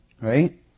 Right